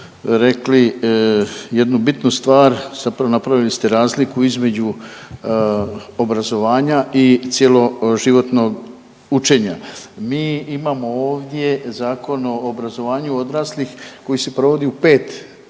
rekli jednu bitnu stvar, napravili ste razliku između obrazovanja i cjeloživotnog učenja. Mi imamo ovdje Zakon o obrazovanju odraslih koji se provodi u pet razina,